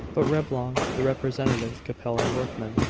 but reblong, the representative capellan workman,